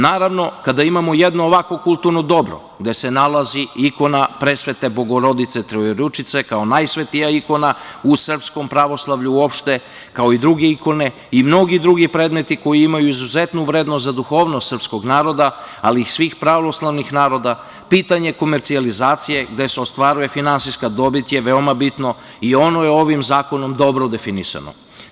Naravno, kada imamo jedno ovakvo kulturno dobro gde se nalazi ikona presvete Bogorodice Trojeručice, kao najsvetija ikona u srpskom pravoslavlju uopšte, kao i druge ikone i mnogi drugi predmeti koji imaju izuzetnu vrednost za duhovnost srpskog naroda, ali i svih pravoslavnih naroda, pitanje komercijalizacije gde se ostvaruje finansijska dobit je veoma bitno i ono je ovim zakonom dobro definisano.